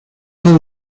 tant